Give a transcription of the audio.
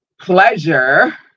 pleasure